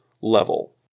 level